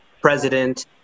president